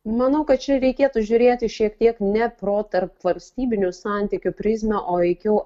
manau kad čia reikėtų žiūrėti šiek tiek ne pro tarpvalstybinių santykių prizmę o veikiau